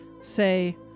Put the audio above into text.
say